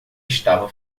estava